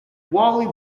wally